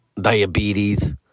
diabetes